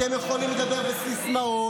אתם יכולים לדבר בסיסמאות,